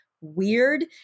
weird